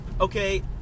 okay